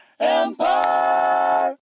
Empire